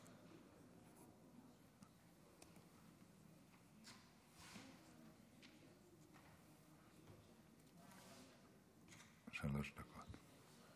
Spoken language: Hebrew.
שלוש דקות.